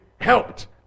helped